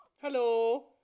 Hello